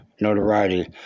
notoriety